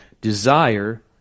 Desire